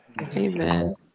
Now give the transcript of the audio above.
Amen